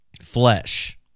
flesh